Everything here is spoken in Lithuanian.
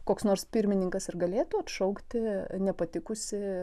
koks nors pirmininkas ir galėtų atšaukti nepatikusį